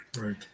Right